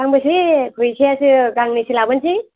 गांबेसे फैसायासो गांनैसो लाबोनसै